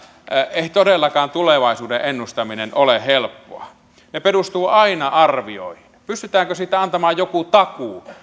ei todellakaan tulevaisuuden ennustaminen ole helppoa se perustuu aina arvioihin pystytäänkö siitä antamaan joku takuu